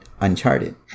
Uncharted